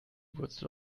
wurzel